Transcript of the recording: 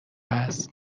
هست